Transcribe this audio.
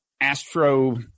astro